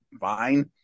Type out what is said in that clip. fine